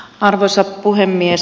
arvoisa puhemies